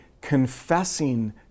confessing